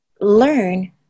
learn